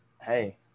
Hey